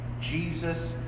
Jesus